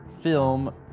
film